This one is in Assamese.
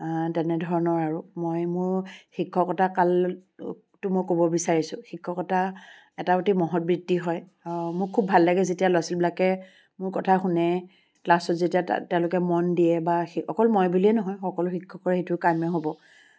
তেনেধৰণৰ আৰু মই মোৰ শিক্ষকতা কালটো মই ক'ব বিচাৰিছোঁ শিক্ষকতা এটা অতি মহৎ বৃত্তি হয় মোৰ খুব ভাল লাগে যেতিয়া ল'ৰা ছোৱালীবিলাকে মোৰ কথা শুনে ক্লাছত যেতিয়া তেওঁলোকে মন দিয়ে বা অকল মই বুলিয়ে নহয় সকলো শিক্ষকৰে সেইটো কাম্য হ'ব